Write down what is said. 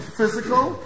physical